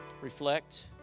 reflect